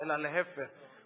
אלא להיפך,